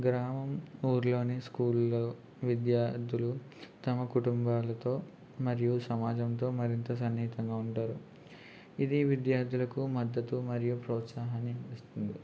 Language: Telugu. గ్రామం ఊళ్ళోని స్కూల్లో విద్యార్థులు తమ కుటుంబాలతో మరియు సమాజంతో మరింత సన్నిహితంగా ఉంటారు ఇది విద్యార్థులకు మద్దతు మరియు ప్రోత్సహాన్ని ఇస్తుంది